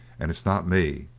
and it's not me.